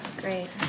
great